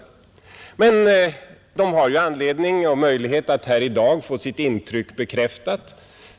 Men de har ju möjlighet att här i dag få sitt intryck bekräftat.